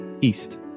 east